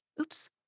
Oops